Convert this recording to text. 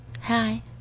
Hi